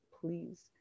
please